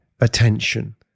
attention